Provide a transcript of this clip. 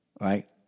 right